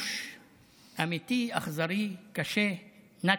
גירוש אמיתי, אכזרי, קשה, נכבה.